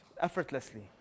Effortlessly